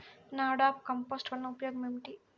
NADEP compost వలన ఉపయోగం ఏమిటి?